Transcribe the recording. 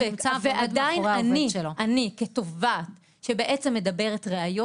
ועדיין אני כתובעת שבעצם מדברת ראיות